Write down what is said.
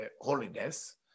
holiness